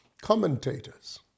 commentators